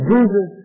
Jesus